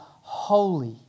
holy